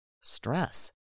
Stress